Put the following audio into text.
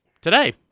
today